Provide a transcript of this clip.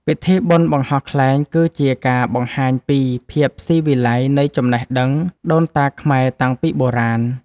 ពិធីបុណ្យបង្ហោះខ្លែងគឺជាការបង្ហាញពីភាពស៊ីវិល័យនៃចំណេះដឹងដូនតាខ្មែរតាំងពីបុរាណ។